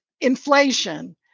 inflation